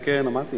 כן, כן, אמרתי.